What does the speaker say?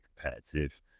competitive